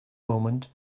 moment